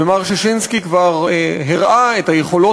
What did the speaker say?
ומר ששינסקי כבר הראה את היכולות